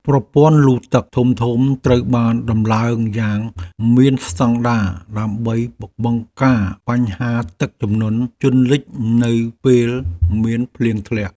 ប្រព័ន្ធលូទឹកធំៗត្រូវបានដំឡើងយ៉ាងមានស្តង់ដារដើម្បីបង្ការបញ្ហាទឹកជំនន់ជន់លិចនៅពេលមានភ្លៀងធ្លាក់។